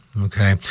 Okay